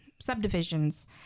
subdivisions